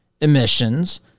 emissions